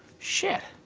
shit.